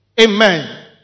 Amen